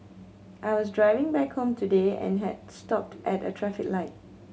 I was driving back home today and had stopped at a traffic light